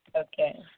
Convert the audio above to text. Okay